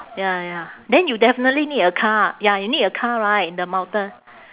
ya ya then you definitely need a car ya you need a car right in the mountain